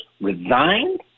resigned